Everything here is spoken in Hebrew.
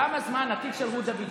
כמה זמן התיק של רות דוד?